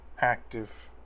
active